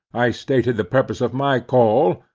i stated the purpose of my call,